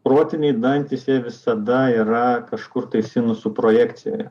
protiniai dantys jie visada yra kažkur tai sinusų projekcijoje